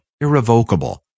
irrevocable